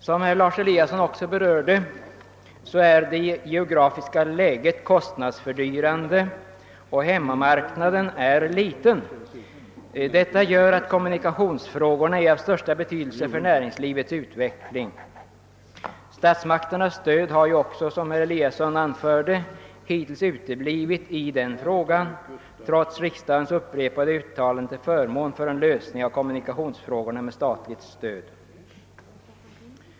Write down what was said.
Som herr Eliasson i Sundborn nämnde är Gotlands geografiska läge kostnadsfördyrande och hemmamarknaden liten, vilket gör att kommunikationsfrågorna är av största betydelse för näringslivets utveckling. Statsmakternas stöd har, som herr Eliasson också anförde, hittills uteblivit, trots riksdagens upprepade uttalanden om en lösning av kommunikationsfrågorna med statligt stöd.